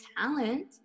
talent